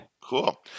Cool